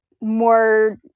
more